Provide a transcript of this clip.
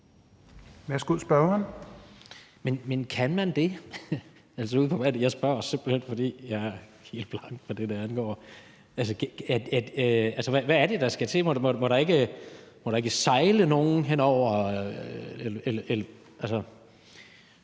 kan man det? Jeg spørger, simpelt hen fordi jeg er helt blank, hvad det angår. Hvad er det, der skal til? Må der ikke sejle nogen henover?